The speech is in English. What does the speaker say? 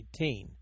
18